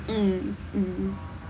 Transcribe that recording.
mm mm